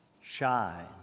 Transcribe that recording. shine